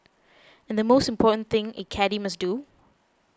and the most important thing a caddie must do